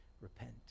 repent